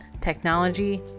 technology